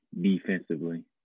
defensively